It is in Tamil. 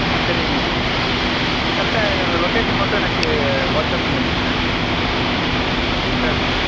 ஆ சரிங்க கரெக்டாக இந்த இந்த லொக்கேஷன் மட்டும் எனக்கு வாட்ஸ்அப் பண்ணிவிட்ருங்க ம் ம் ஷேர் பண்ணிவிடுங்க